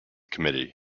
committee